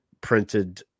printed